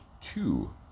two